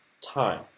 time